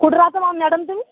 कुठं राहता बा मॅडम तुम्ही